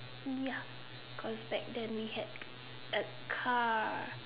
ya because then we had a car